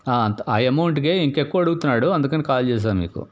అమౌంట్కి ఇంకెక్కువ అడుగుతున్నాడు అందుకని కాల్ చేశాను మీకు